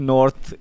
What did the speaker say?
North